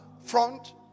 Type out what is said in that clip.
front